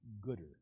gooder